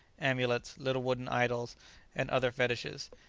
amulets, little wooden idols and other fetishes,